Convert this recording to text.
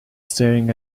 staring